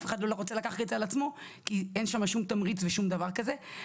אף אחד לא רוצה לקחת את זה על עצמו כי אין שם שום תמריץ ושום דבר כזה.